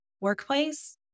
Workplace